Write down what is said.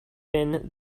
been